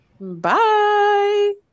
Bye